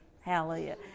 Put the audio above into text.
Hallelujah